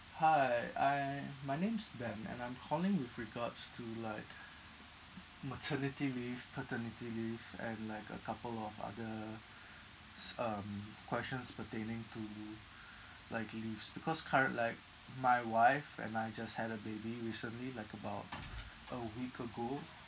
hi I my name is ben and I'm calling with regards to like maternity leave paternity leave and like a couple of other s~ um questions pertaining to like leaves because current like my wife and I just had a baby recently like about a week ago